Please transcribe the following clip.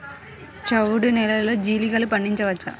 చవుడు నేలలో జీలగలు పండించవచ్చా?